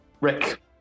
Rick